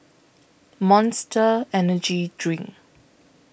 Monster Energy Drink